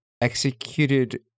executed